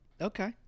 Okay